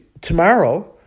tomorrow